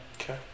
Okay